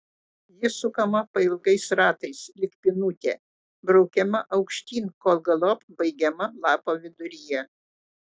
ji sukama pailgais ratais lyg pynutė braukiama aukštyn kol galop baigiama lapo viduryje